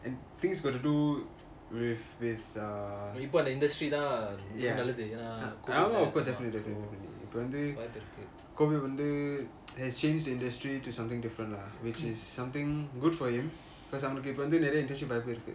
and things got to do with with err ya ஆமா ஆமா இப்போ வந்து:ama ama ipo vanthu COVID வந்து:vanthu has changed the industry to something different lah which is something good for him because அவனுக்கு இப்போ நெறய:avanuku ipo neraya internship வாய்ப்பு இருக்கு:vaipu iruku